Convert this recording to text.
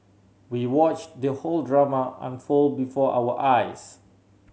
we watched the whole drama unfold before our eyes